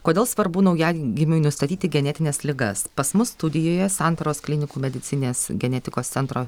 kodėl svarbu naujagimiui nustatyti genetines ligas pas mus studijoje santaros klinikų medicininės genetikos centro